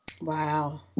Wow